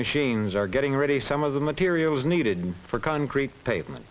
machines are getting ready some of the materials needed for concrete pavement